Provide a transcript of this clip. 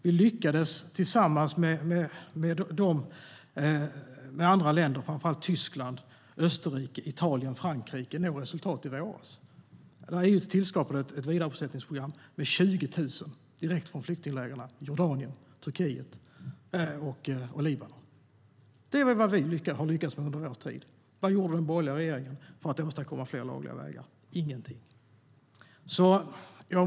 Vi lyckades tillsammans med andra länder, framför allt Tyskland, Österrike, Italien och Frankrike, nå resultat i våras. EU tillskapade ett vidarebosättningsprogram rörande 20 000 direkt från flyktinglägren i Jordanien, Turkiet och Libanon. Det är vad vi har lyckats med under vår tid. Vad gjorde den borgerliga regeringen för att åstadkomma fler lagliga vägar? Ingenting.